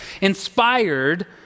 inspired